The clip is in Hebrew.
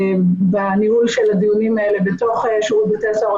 בניהול של הדיונים האלה בתוך שירות בתי הסוהר,